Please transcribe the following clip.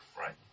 right